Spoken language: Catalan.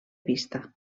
vista